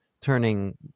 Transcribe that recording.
turning